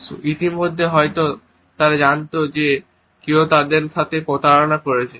হয়তো তারা ইতিমধ্যেই জানত যে কেউ তাদের সাথে প্রতারণা করছে